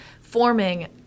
forming